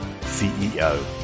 CEO